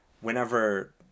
whenever